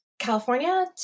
California